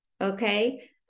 okay